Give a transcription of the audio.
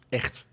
echt